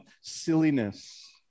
silliness